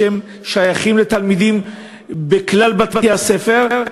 שהם נמנים עם התלמידים בכלל בתי-הספר,